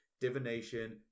divination